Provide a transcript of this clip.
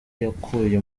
yakuye